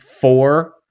four